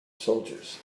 soldiers